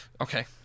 okay